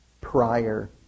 prior